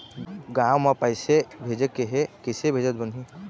गांव म पैसे भेजेके हे, किसे भेजत बनाहि?